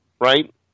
Right